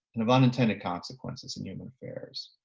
and of unintended consequences in human affairs,